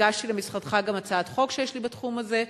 הגשתי למשרדך גם הצעת חוק שיש לי בתחום הזה,